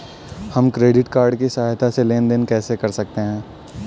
हम credit card की सहायता से लेन देन कैसे कर सकते हैं?